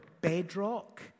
bedrock